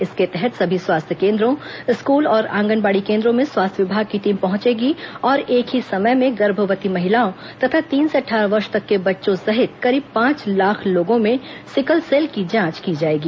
इसके तहत सभी स्वास्थ्य केंद्रों स्कूल और आंगनबाड़ी केंद्रों में स्वास्थ्य विभाग की टीम पहुंचेगी और एक ही समय में गर्भवती महिलाओं तथा तीन से अटठारह वर्ष तक के बच्चों सहित करीब पांच लाख लोगों में सिकलसेल की जांच की जाएगी